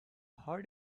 how